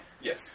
Yes